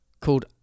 called